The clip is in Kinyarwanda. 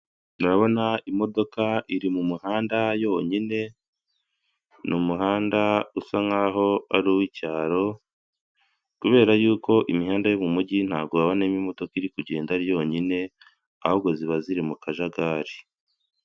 murabona imodoka iri mu muhanda yonyine; ni umuhanda usa nkaho ari uw'icyaro, kubera yuko imihanda yo mumujyi ntabwo habonamo imodoka iri kugenda yonyine, ahubwo ziba ziri mu kajagari.